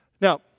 Now